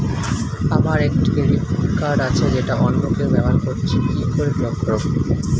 আমার একটি credit card আছে যেটা অন্য কেউ ব্যবহার করছে কি করে ব্লক করবো?